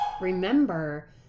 remember